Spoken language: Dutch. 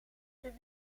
ter